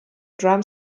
drum